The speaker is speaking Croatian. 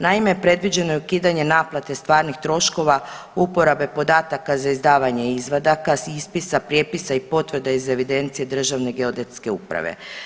Naime, predviđeno je ukidanje naplate stvarnih troškova uporabe podataka za izdavanje izvadaka s ispisa, prijepisa i potvrda iz evidencije Državne geodetske uprave.